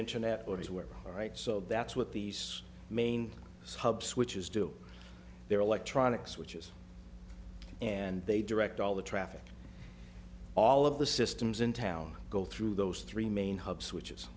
internet or is where all right so that's what these main hub switches do their electronic switches and they direct all the traffic all of the systems in town go through those three main hub switch